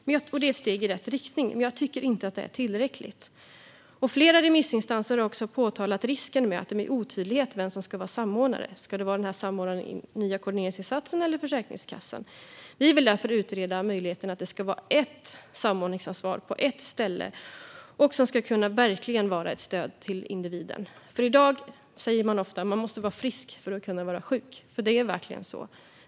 Det är ett steg i rätt riktning, men jag tycker inte att det är tillräckligt. Flera remissinstanser har också påtalat risken för att det blir otydligt vem som ska vara samordnare, om det ska vara samordnaren i den nya koordineringsinsatsen eller Försäkringskassan. Vi vill därför utreda möjligheten att ha ett samordningsansvar på ett ställe, som verkligen ska kunna vara ett stöd till individen. I dag säger man ofta att man måste vara frisk för att kunna vara sjuk, för det är verkligen så.